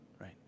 right